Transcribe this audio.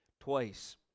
twice